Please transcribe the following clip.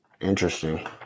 interesting